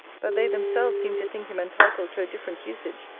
that they themselves seem to think him entitled to a different usage,